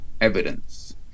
evidence